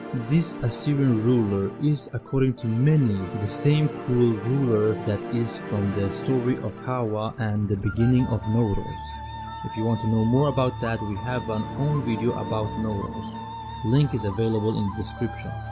this assyrian ruler is according to many the same cruel ruler that is from the story of kawa and the beginning of newroz if you want to know more about that, we have an own video about newroz link is available in description